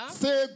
say